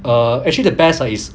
err actually the best on his